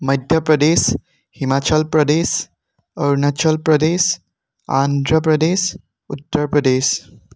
Madhya Pradesh Himachal Pradesh Arunachal Pradesh Andhra Pradesh Uttar Pradesh